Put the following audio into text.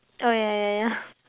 oh yeah yeah yeah